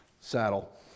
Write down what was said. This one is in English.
saddle